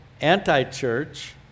anti-church